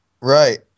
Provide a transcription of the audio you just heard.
Right